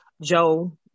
Joe